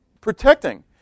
protecting